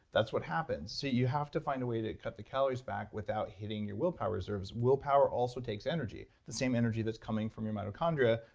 that's what happens so you have to find a way to cut the calories back without hitting your willpower reserves. willpower also takes energy, the same energy that's coming from your mitochondria.